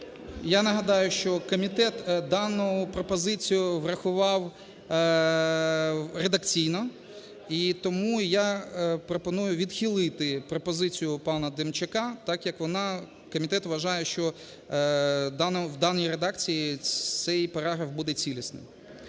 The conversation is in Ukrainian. Я нагадаю, що комітет дану пропозицію врахував редакційно, і тому я пропоную відхилити пропозицію пана Демчака, так як вона, комітет вважає, що в даній редакції цей параграф буде цілісним.